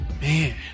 Man